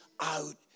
out